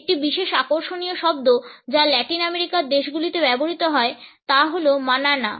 একটি বিশেষ আকর্ষণীয় শব্দ যা ল্যাটিন আমেরিকার দেশগুলিতে ব্যবহৃত হয় তা হল মানানা